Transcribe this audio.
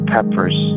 Peppers